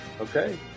Okay